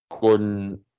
Gordon